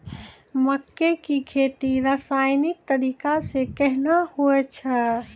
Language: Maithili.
मक्के की खेती रसायनिक तरीका से कहना हुआ छ?